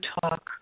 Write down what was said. talk